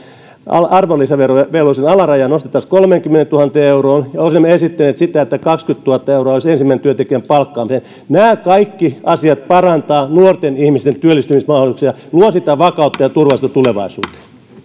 arvonlisäverovelvollisuuden alarajaa nostettaisiin kolmeenkymmeneentuhanteen euroon ja olemme esittäneet sitä että kaksikymmentätuhatta euroa olisi ensimmäisen työntekijän palkkaamiseen nämä kaikki asiat parantavat nuorten ihmisten työllistymismahdollisuuksia luovat sitä vakautta ja turvallisuutta tulevaisuuteen